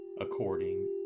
according